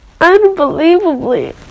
unbelievably